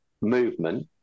movement